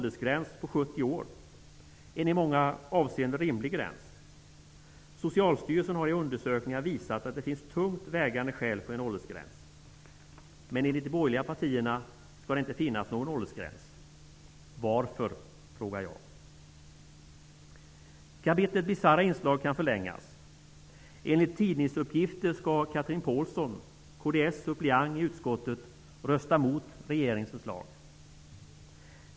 en i många avseenden rimlig gräns. Socialstyrelsen har i undersökningar visat att det finns tungt vägande skäl för en åldersgräns. Men enligt de borgerliga partierna skall det inte finnas någon åldersgräns. Jag frågar varför. Kapitlet bisarra inslag kan förlängas. Enligt tidningsuppgifter ska Chatrine Pålsson, kds suppleant i utskottet, rösta mot regeringens förslag.